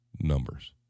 numbers